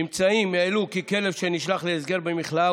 ממצאים העלו כי כלב שנשלח להסגר במכלאה